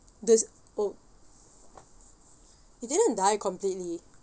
this oh it didn't die completely